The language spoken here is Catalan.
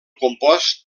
compost